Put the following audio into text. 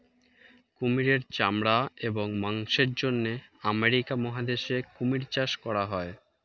কুমিরের চামড়া এবং মাংসের জন্য আমেরিকা মহাদেশে কুমির চাষ করা হয়